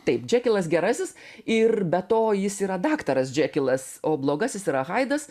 taip džekilas gerasis ir be to jis yra daktaras džekilas o blogasis yra haidas